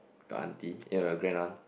your auntie eh no your grandaunt